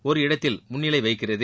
ஒரு இடத்தில் முன்னிலை வகிக்கிறது